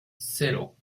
cero